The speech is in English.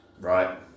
Right